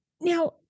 Now